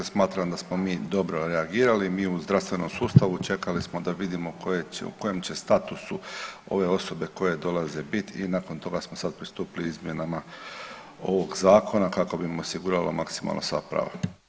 Smatram da smo mi dobro reagirali, mi u zdravstvenom sustavu čekali smo da vidimo u kojem će statusu ove osobe koje dolaze bit i nakon toga smo sad pristupili izmjenama ovog zakona kako bi im osigurali maksimalno sva prava.